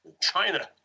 China